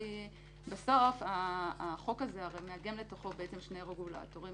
בסוף החוק הזה הרי מאגם לתוכו שני רגולטורים.